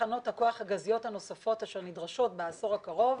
תחנות הכוח הגזיות הנוספות אשר נדרשות בעשור הקרוב